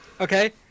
Okay